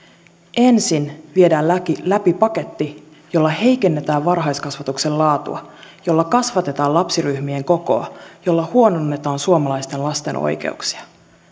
ensin viedään läpi paketti jolla heikennetään varhaiskasvatuksen laatua jolla kasvatetaan lapsiryhmien kokoa jolla huononnetaan suomalaisten lasten oikeuksia